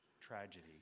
tragedy